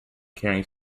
carrying